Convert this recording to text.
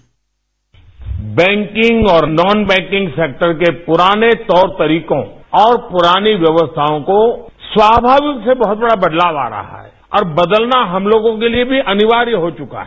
bite banking और non banking sector के पुराने तौर तरीकों और पुरानी व्यवस्थाओं को स्वाभाविक से बहुत बड़ा बदलाव आ रहा है और बदलना हम लोगों के लिए भी अनिवार्य हो चुका है